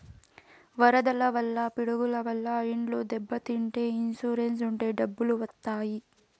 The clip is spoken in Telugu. వరదల వల్ల పిడుగుల వల్ల ఇండ్లు దెబ్బతింటే ఇన్సూరెన్స్ ఉంటే డబ్బులు వత్తాయి